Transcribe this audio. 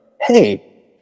hey